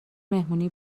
مهمونی